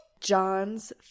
John's